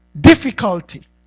difficulty